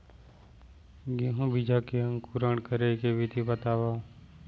गेहूँ बीजा के अंकुरण करे के विधि बतावव?